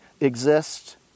exists